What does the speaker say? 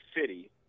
City